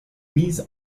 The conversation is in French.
mise